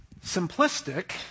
simplistic